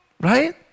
Right